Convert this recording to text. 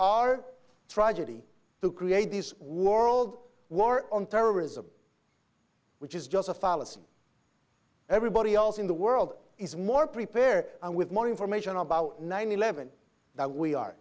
r tragedy to create these world war on terrorism which is just a fallacy everybody else in the world is more prepare with more information about nine